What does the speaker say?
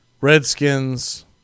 Redskins